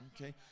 Okay